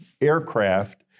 aircraft